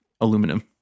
aluminum